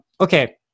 okay